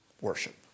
worship